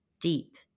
deep